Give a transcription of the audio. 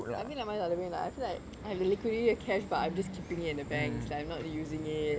I feel like mine is the other way lah I feel like I have the liquidity of cash but I'm just keeping in the banks like I'm not using it